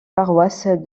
paroisse